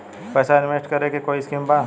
पैसा इंवेस्ट करे के कोई स्कीम बा?